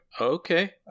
okay